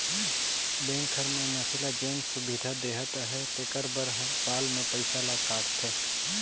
bank हर मइनसे ल जेन सुबिधा देहत अहे तेकर बर साल में पइसा ल काटथे